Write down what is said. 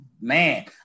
man